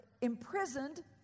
imprisoned